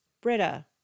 Britta